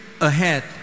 ahead